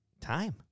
Time